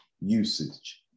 usage